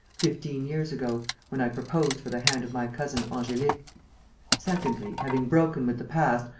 fifteen years ago, when i proposed for the hand of my cousin angelique secondly, having broken with the past,